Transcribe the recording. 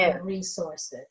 Resources